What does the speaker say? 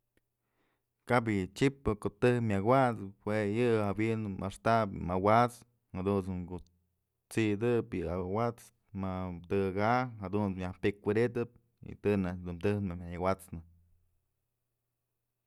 Kap yë chyëpë ko'o tëjk myak awat'sëp jue yë jawi'in muk axtap mëwat's jadunt's ku t'sidëp yë awat's ma tëkëka jadun myaj pi'ik wëdytëp y të najk dun tëj yak awat'snë.